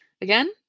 Again